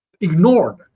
ignored